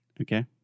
Okay